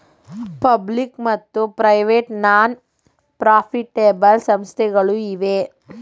public ಮತ್ತು private non profitable ಸಂಸ್ಥೆಗಳು ಇವೆ